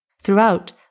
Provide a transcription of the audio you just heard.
Throughout